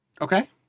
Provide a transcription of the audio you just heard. Okay